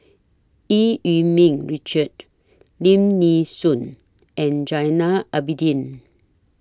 EU Yee Ming Richard Lim Nee Soon and Zainal Abidin